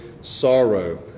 sorrow